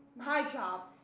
my job,